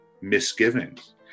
misgivings